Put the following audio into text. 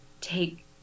take